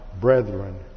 brethren